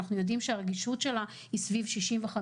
אנחנו יודעים שהרגישות שלה היא סביב 65%,